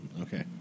Okay